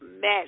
mess